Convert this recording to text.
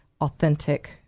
authentic